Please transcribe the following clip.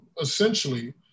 essentially